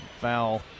foul